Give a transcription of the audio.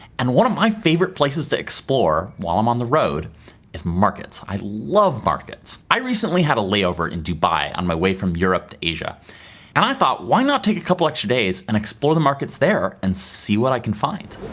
and one of my favorite places to explore while i'm on the road is markets i love markets! i recently had a layover in dubai on my way from europe to asia and i thought why not take a couple extra days and explore the markets there and see what i can find.